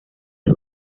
del